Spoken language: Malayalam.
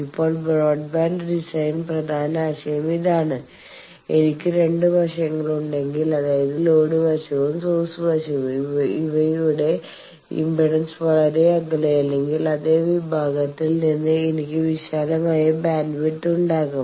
ഇപ്പോൾ ബ്രോഡ്ബാൻഡ് ഡിസൈനിന്റെ പ്രധാന ആശയം ഇതാണ് എനിക്ക് രണ്ട് വശങ്ങളുണ്ടെങ്കിൽ അതായത് ലോഡ് വശവുംസോഴ്സ് വശവും ഇവയുടെ ഇംപെഡൻസ് വളരെ അകലയല്ലെങ്കിൽ അതേ വിഭാഗത്തിൽ നിന്ന് എനിക്ക് വിശാലമായ ബാൻഡ്വിഡ്ത്ത് ഉണ്ടായിരിക്കും